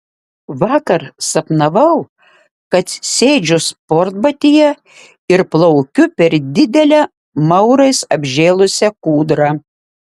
vakar sapnavau kad sėdžiu sportbatyje ir plaukiu per didelę maurais apžėlusią kūdrą